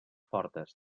forts